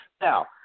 Now